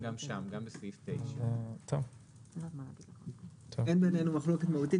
גם שם בסעיף 9. אז אין בינינו מחלוקת מהותית,